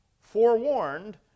forewarned